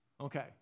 Okay